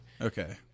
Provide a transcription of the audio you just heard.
Okay